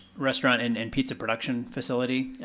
restaurant and and pizza production facility.